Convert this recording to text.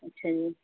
ਅੱਛਾ ਜੀ